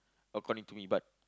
according to me but